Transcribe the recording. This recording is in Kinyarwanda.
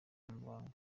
amabanga